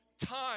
time